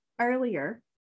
earlier